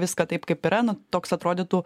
viską taip kaip yra nu toks atrodytų